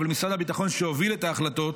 אבל משרד הביטחון שהוביל את ההחלטות